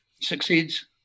Succeeds